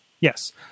Yes